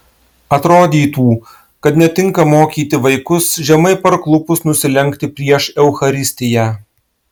atrodytų kad netinka mokyti vaikus žemai parklupus nusilenkti prieš eucharistiją